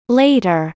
later